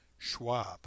Schwab